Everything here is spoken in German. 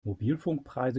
mobilfunkpreise